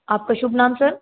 आपका शुभ नाम सर